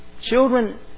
children